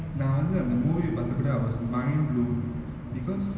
நா வந்து அந்த:naa vanthu antha movie but that but I was mind-blown because